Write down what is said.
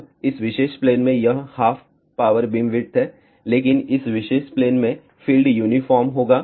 अब इस विशेष प्लेन में यह हाफ पावर बीमविड्थ है लेकिन इस विशेष प्लेन में फील्ड यूनिफॉर्म होगा